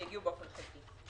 שהגיעו באופן חלקי.